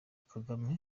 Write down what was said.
kagame